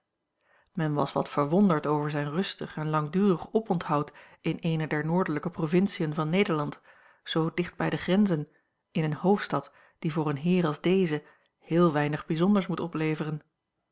men was wat verwonderd over zijn rustig en langdurig oponthoud in eene der noordelijke provinciën van nederland zoo dicht bij de grenzen in eene hoofdstad die voor een heer als deze heel weinig bijzonders moet opleveren